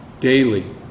daily